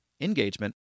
Engagement